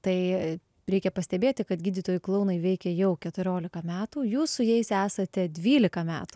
tai reikia pastebėti kad gydytojai klounai veikia jau keturioliką metų jūs su jais esate dvyliką metų